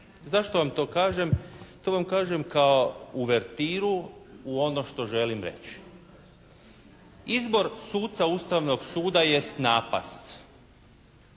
Zašto vam to kažem? To vam kažem kao uvertiru u ono što želim reći. Izbor suca Ustavnog suda jest napast.